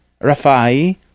Rafai